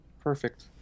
Perfect